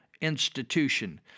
institution